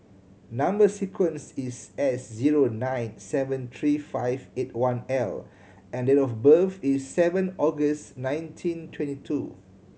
number sequence is S zero nine seven three five eight one L and date of birth is seven August nineteen twenty two